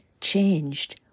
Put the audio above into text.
changed